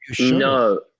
No